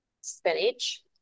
Spinach